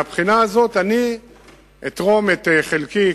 מהבחינה הזאת אני אתרום את חלקי,